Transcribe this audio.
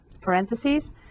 parentheses